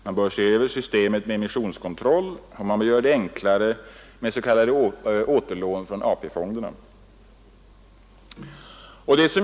Man bör se över systemet med emissionskontroll och man bör göra det enklare med s.k. återlån från AP-fonderna.